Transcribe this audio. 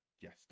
Yes